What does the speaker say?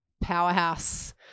powerhouse